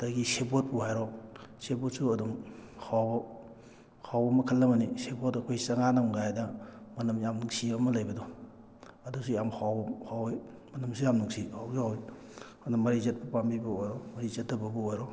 ꯑꯗꯒꯤ ꯁꯦꯕꯣꯠꯄꯨ ꯍꯥꯏꯔꯣ ꯁꯦꯕꯣꯠꯁꯨ ꯑꯗꯨꯝ ꯍꯥꯎꯕ ꯍꯥꯎꯕ ꯃꯈꯜ ꯑꯃꯅꯤ ꯁꯦꯕꯣꯠꯇ ꯑꯩꯈꯣꯏ ꯆꯔꯥꯅꯨꯡ ꯍꯥꯏꯅ ꯃꯅꯝ ꯌꯥꯝ ꯅꯨꯡꯁꯤꯕ ꯑꯃ ꯂꯩꯕꯗꯣ ꯑꯗꯨꯁꯨ ꯌꯥꯝ ꯍꯥꯎꯏ ꯃꯅꯝꯁꯨ ꯌꯥꯝ ꯅꯨꯡꯁꯤ ꯍꯥꯎꯁꯨ ꯍꯥꯎꯏ ꯑꯗꯨꯅ ꯃꯔꯤ ꯆꯠꯄ ꯄꯥꯝꯕꯤꯕꯨ ꯑꯣꯏꯔꯣ ꯃꯔꯤ ꯆꯠꯇꯕꯕꯨ ꯑꯣꯏꯔꯣ